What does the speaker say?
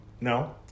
No